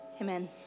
Amen